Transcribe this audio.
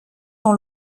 dans